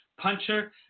puncher